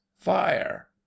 fire